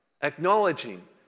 acknowledging